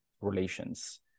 relations